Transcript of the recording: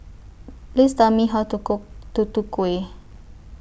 Please Tell Me How to Cook Tutu Kueh